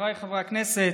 חבריי חברי הכנסת,